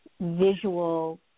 visual